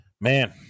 man